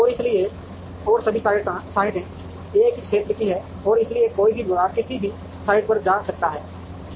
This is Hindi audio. और इसलिए और सभी साइटें एक ही क्षेत्र की हैं और इसलिए कोई भी विभाग किसी भी साइट पर जा सकता है